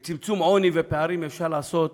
את צמצום העוני והפערים אפשר לעשות